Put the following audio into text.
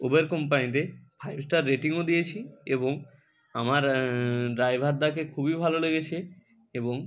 Uber কোম্পানিতে five star রেটিংও দিয়েছি এবং আমার ড্রাইভারদাকে খুবই ভালো লেগেছে এবং